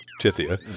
Tithia